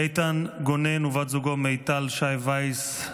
איתן גונן ובת זוגו מיטל-שי וייס,